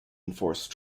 enforce